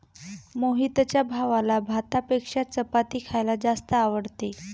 मोहितच्या भावाला भातापेक्षा चपाती खायला जास्त आवडते